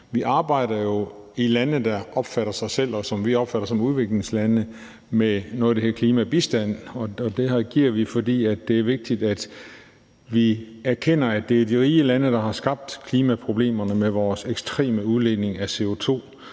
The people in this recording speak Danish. jo arbejder i lande, der opfatter sig selv, og som vi opfatter som udviklingslande, med noget, der hedder klimabistand. Det giver vi, fordi det er vigtigt, at vi erkender, at det er de rige lande, der har skabt klimaproblemerne med vores ekstreme udledning af CO2,